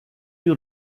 you